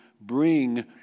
bring